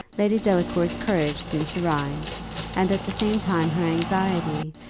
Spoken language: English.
lady delacour's courage seemed to rise and at the same time her anxiety,